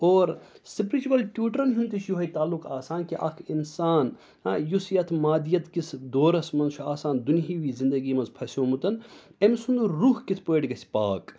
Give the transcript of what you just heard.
اور سِپرِچُوَل ٹیوٗٹرَن ہُنٛد تہِ چھُ یِہوٚے تعلُق آسان کہِ اَکھ اِنسان یُس یَتھ مادیت کِس دورَس منٛز چھُ آسان دُنہیوی زِندگی منٛز پھسیومُت أمۍ سُنٛد روح کِتھ پٲٹھۍ گژھِ پاک